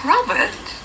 Robert